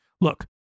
Look